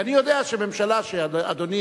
אני יודע שממשלה שאדוני,